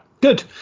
good